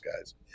guys